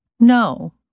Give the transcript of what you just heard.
No